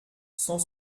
cent